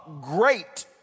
great